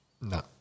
No